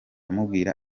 amubwira